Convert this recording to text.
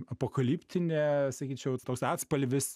apokaliptinė sakyčiau toks atspalvis